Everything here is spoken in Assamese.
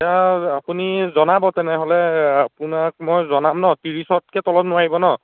এতিয়া আপুনি জনাব তেনেহ'লে আপোনাক মই জনাম ন ত্ৰিছতকৈ তলত নোৱাৰিব ন